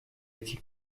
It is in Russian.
эти